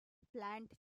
plant